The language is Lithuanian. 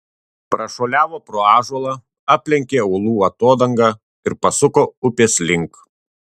prašuoliavo pro ąžuolą aplenkė uolų atodangą ir pasuko upės link